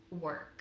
work